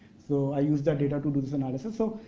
so, i use that data to do this analysis. so,